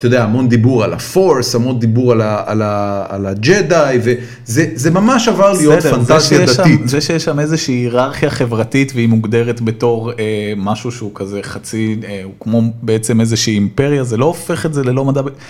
אתה יודע המון דיבור על הפורס המון דיבור על הג'די וזה ממש עבר להיות פנטסיה דתית. זה שיש שם איזושהי היררכיה חברתית והיא מוגדרת בתור משהו שהוא כזה חצי הוא כמו בעצם איזושהי אימפריה זה לא הופך את זה ללא מדע.